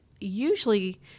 usually